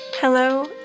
Hello